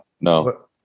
No